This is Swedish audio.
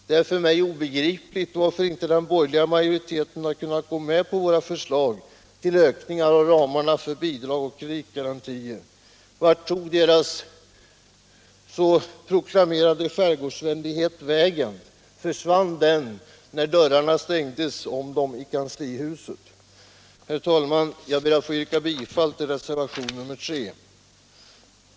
Det är för mig obegripligt att den borgerliga majoriteten inte har kunnat gå med på våra förslag till ökning av ramarna för kreditgarantier. Vart tog de borgerliga partiernas proklamerade skärgårdsvänlighet vägen? Försvann den när dörrarna stängdes bakom dem i kanslihuset? Herr talman! Jag ber att få yrka bifall till reservationen 3.